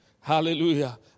Hallelujah